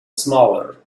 smaller